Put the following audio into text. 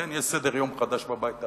כן, יש סדר-יום חדש בבית הלבן.